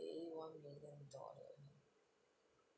one million dollar